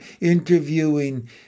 interviewing